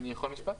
אני יכול משפט?